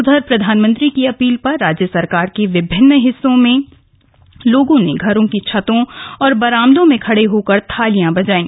उधर प्रधानमंत्री की अपील पर राज्य के विभिन्न हिस्सों में लोगों ने घरों की छतों और बरामदों में खड़े होकर थालियां बजायी